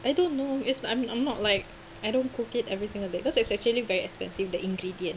I don't know it's I'm I'm not like I don't cook it every single day because it's actually very expensive the ingredient